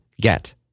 get